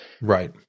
Right